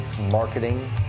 marketing